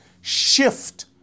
shift